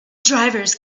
drivers